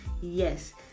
Yes